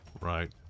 right